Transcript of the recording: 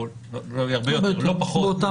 או לא הרבה יותר לא פחות --- באותה מידה.